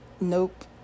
Nope